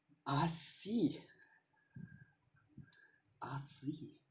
I see I see